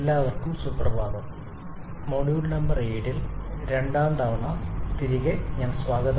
എല്ലാവർക്കും സുപ്രഭാതം module number 7 ൽ രണ്ടാം തവണ തിരികെ സ്വാഗതം